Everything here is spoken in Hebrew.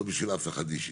לא בשביל אף אחד אישית.